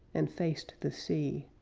and faced the sea.